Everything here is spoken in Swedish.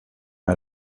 med